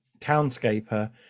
Townscaper